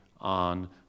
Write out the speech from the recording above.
on